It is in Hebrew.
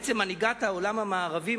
בעצם מנהיגת העולם המערבי,